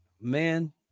Man